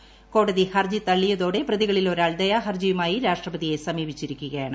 ക്ടോടതി ഹർജി തള്ളിയതോടെ പ്രതികളിൽ ഒരാൾ ദയാഹർജിയുമായി രാഷ്ട്രപതിരിയു സമീപിച്ചിരിക്കുകയാണ്